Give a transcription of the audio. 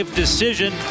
decision